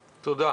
תודה.